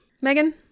Megan